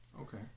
Okay